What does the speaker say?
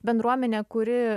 bendruomenė kuri